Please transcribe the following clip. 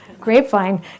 grapevine